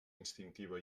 instintiva